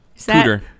Cooter